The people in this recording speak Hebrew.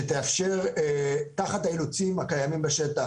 שתאפשר תחת האילוצים הקיימים בשטח,